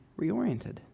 reoriented